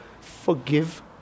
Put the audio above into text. forgive